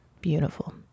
beautiful